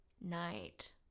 Night